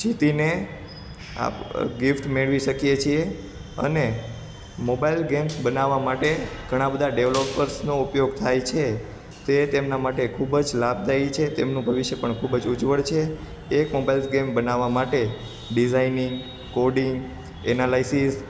જીતીને ગિફ્ટ મેળવી શકીએ છીએ અને મોબાઈલ ગેમ્સ બનાવવા માટે ઘણા બધા ડેવલોપર્સનો ઉપયોગ થાય છે તે તેમના માટે ખૂબ જ લાભદાય છે તેમનું ભવિષ્ય પણ ખૂબ જ ઉજ્વળ છે એ મોબાઈલ ગેમ બનાવવા માટે ડિઝાઈનિંગ કોડિંગ એનાલીસીસ